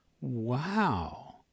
Wow